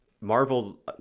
Marvel